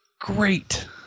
Great